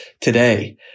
today